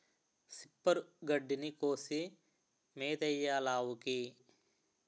సిప్పరు గడ్డిని కోసి మేతెయ్యాలావుకి